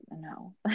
no